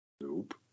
Nope